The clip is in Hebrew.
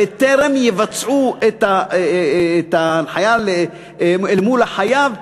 בטרם יבצעו את ההנחיה אל מול החייב,